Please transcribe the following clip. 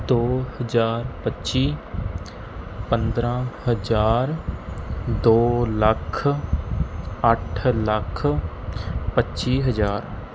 ਦੋ ਹਜ਼ਾਰ ਪੱਚੀ ਪੰਦਰ੍ਹਾਂ ਹਜ਼ਾਰ ਦੋ ਲੱਖ ਅੱਠ ਲੱਖ ਪੱਚੀ ਹਜ਼ਾਰ